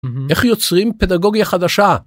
איך יוצרים פדגוגיה חדשה.